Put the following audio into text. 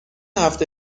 هفته